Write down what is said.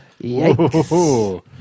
Yikes